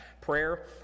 prayer